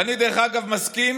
ואני, דרך אגב, מסכים